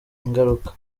ingaruka